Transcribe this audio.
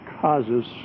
causes